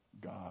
God